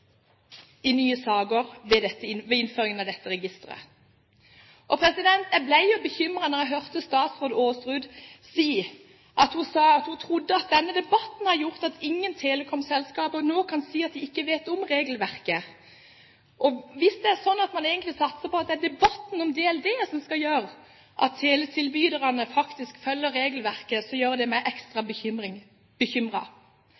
i nye saker ved innføring av dette registeret. Jeg ble jo bekymret da jeg hørte statsråd Aasrud si at hun trodde at denne debatten har gjort at ingen telekomselskaper nå kan si at de ikke vet om regelverket. Hvis det er sånn at man egentlig satser på at det er debatten om datalagringsdirektivet som skal gjøre at teletilbyderne faktisk følger regelverket, gjør det